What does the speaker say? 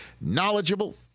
knowledgeable